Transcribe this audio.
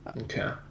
Okay